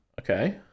Okay